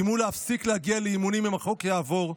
איימו להפסיק להגיע לאימונים אם החוק יעבור,